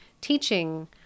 teaching